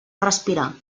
respirar